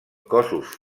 cossos